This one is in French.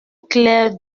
clair